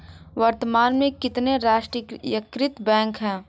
वर्तमान में कितने राष्ट्रीयकृत बैंक है?